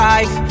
Life